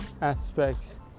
aspects